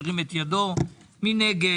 מי נגד?